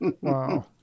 Wow